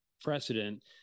precedent